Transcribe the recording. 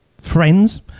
friends